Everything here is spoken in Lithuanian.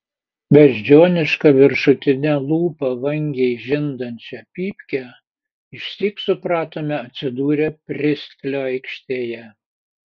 beždžioniška viršutine lūpa vangiai žindančią pypkę išsyk supratome atsidūrę pristlio aikštėje